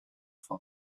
from